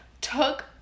took